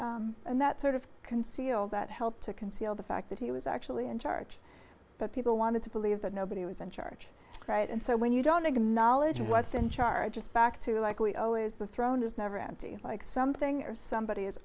times and that sort of conceal that helped to conceal the fact that he was actually in charge but people wanted to believe that nobody was in charge right and so when you don't acknowledge what's in charge it's back to like we always the throne is never empty like something or somebody is